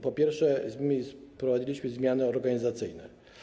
Po pierwsze, wprowadziliśmy zmiany organizacyjne.